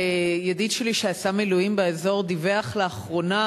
ידיד שלי שעשה מילואים באזור דיווח לאחרונה